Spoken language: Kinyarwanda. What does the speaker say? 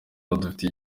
badufitiye